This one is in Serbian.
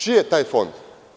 Čiji je taj fond?